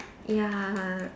ya